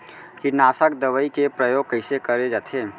कीटनाशक दवई के प्रयोग कइसे करे जाथे?